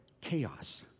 chaos